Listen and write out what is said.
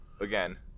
again